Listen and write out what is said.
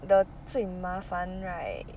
the 最麻烦 right